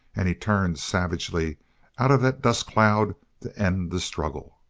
and he turned savagely out of that dust-cloud to end the struggle.